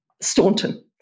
Staunton